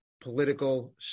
political